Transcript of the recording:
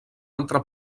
altra